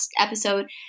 episode